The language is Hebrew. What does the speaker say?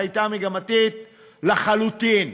שהייתה מגמתית לחלוטין?